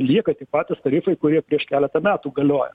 lieka tik patys tarifai kurie prieš keletą metų galioja